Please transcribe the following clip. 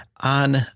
on